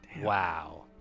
wow